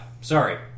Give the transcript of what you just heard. Sorry